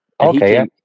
Okay